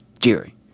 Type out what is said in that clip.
Jerry